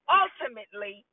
ultimately